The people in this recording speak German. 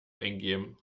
eingeben